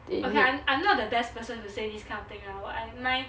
okay I I'm not the best person to say this kind of thing or what my